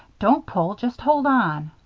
don't pull just hold on.